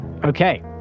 Okay